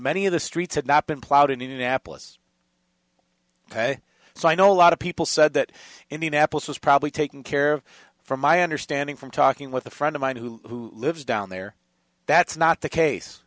many of the streets had not been plowed indianapolis so i know a lot of people said that indianapolis was probably taken care from my understanding from talking with a friend of mine who lives down there that's not the case